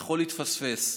יכול להתפספס.